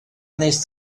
wnest